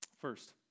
First